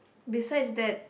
besides that